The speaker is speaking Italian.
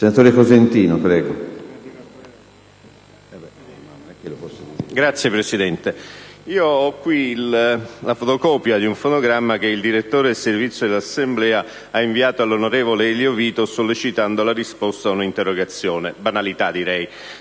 facoltà. COSENTINO *(PD)*. Signor Presidente, ho qui la fotocopia di un fonogramma che il direttore del Servizio dell'Assemblea ha inviato all'onorevole Elio Vito sollecitando la risposta a un'interrogazione: banalità, direi.